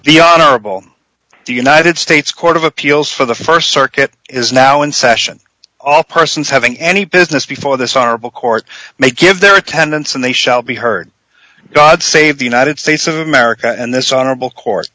the honorable the united states court of appeals for the st circuit is now in session all persons having any business before this horrible court may give their attendance and they shall be heard god save the united states of america and this honorable court